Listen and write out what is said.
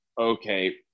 okay